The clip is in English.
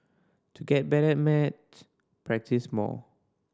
to get better at maths practise more